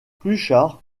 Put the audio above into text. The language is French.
pluchart